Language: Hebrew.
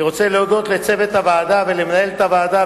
אני רוצה להודות לצוות הוועדה: למנהלת הוועדה,